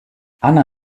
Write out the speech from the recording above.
anna